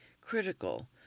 critical